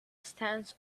stance